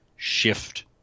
Shift